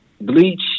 Bleach